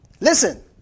listen